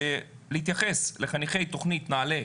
להתייחס לחניכי תוכנית נעל"ה